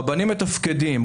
רבנים מתפקדים,